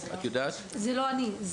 זה לא אני.